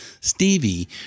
Stevie